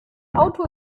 auto